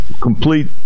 Complete